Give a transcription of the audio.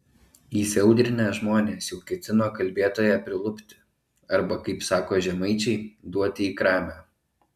įsiaudrinę žmonės jau ketino kalbėtoją prilupti arba kaip sako žemaičiai duoti į kramę